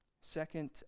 Second